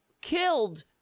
killed